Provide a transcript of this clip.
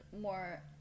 more